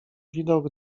widok